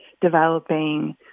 developing